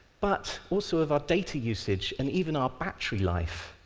but also of our data usage, and even our battery life.